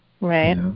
Right